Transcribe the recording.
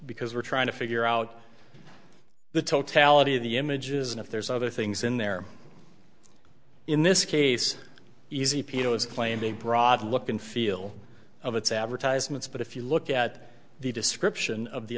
because we're trying to figure out the totality of the images and if there's other things in there in this case easy paedos claim a broad look and feel of its advertisements but if you look at the description of the